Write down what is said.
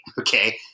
Okay